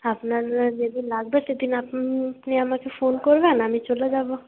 আপনার যেদিন লাগবে সেদিন আপনি আমাকে ফোন করবেন আমি চলে যাব